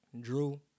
Drew